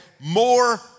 more